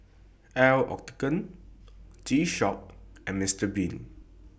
L'Occitane G Shock and Mr Bean